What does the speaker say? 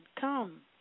come